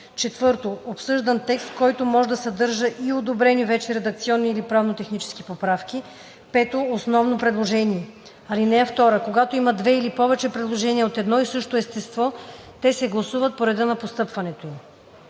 4. обсъждан текст, който може да съдържа и одобрени вече редакционни или правно-технически поправки; 5. основно предложение. (2) Когато има две или повече предложения от едно и също естество, те се гласуват по реда на постъпването им.“